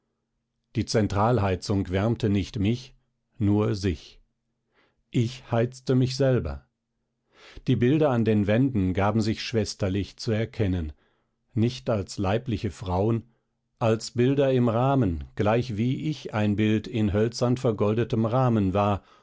die zentralheizung wärmte nicht mich nur sich ich heizte mich selber die bilder an den wänden gaben sich schwesterlich zu erkennen nicht als leibliche frauen als bilder im rahmen gleichwie ich ein bild in hölzern vergoldetem rahmen war